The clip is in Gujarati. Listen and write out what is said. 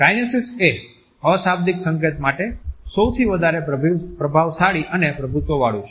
કાઈનેસીક્સએ અશાબ્દિક સંકેત માટે સૌથી વધારે પ્રભાવશાળી અને પ્રભુત્વ વાળું છે